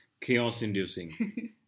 Chaos-inducing